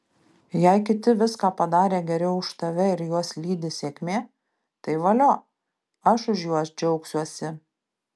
jei kiti viską padarė geriau už tave ir juos lydi sėkmė tai valio aš už juos džiaugsiuosi